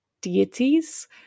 deities